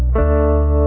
are